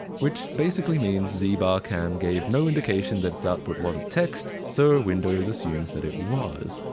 which basically means zbarcam gave no indication that its output wasn't text, so windows assumed that it was.